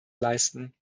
leisten